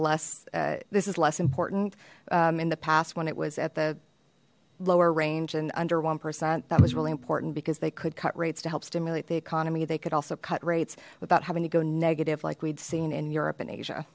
less this is less important in the past when it was at the lower range and under one percent that was really important because they could cut rates to help stimulate the economy they could also cut rates without having to go negative like we'd seen in europe and asia